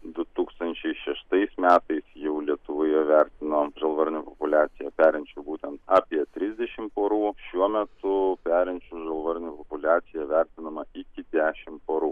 du tūkstančiai šeštais metais jau lietuvoje vertino žalvarnių populiaciją perinčių būtent apie trisdešimt porų šiuo metu perinčių žalvarnių populiacija vertinama iki dešimt porų